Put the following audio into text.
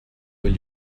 will